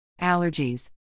Allergies